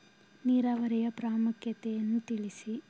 ನೀರಾವರಿಯ ಪ್ರಾಮುಖ್ಯತೆ ಯನ್ನು ತಿಳಿಸಿ?